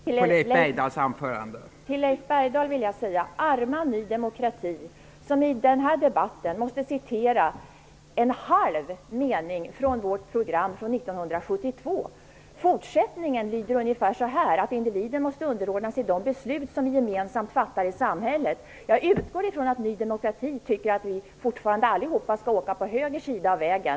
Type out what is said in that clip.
Fru talman! Till Leif Bergdahl vill jag säga: Arma ni i Ny demokrati som i den här debatten måste citera en halv mening från vårt program från 1972. Fortsättningen lyder ungefär så här: Individen måste underordnas de beslut som vi gemensamt fattar i samhället. Jag utgår från att Ny demokrati tycker att vi alla fortfarande skall åka på höger sida av vägen.